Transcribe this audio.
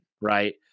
Right